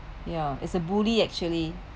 ya is a bully actually